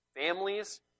families